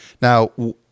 Now